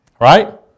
Right